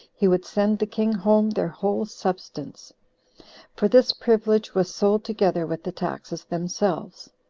he would send the king home their whole substance for this privilege was sold together with the taxes themselves.